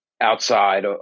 outside